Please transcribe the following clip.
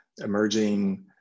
emerging